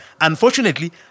unfortunately